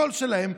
הכול שלהם,